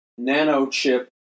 nanochip